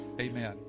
amen